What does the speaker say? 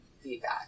feedback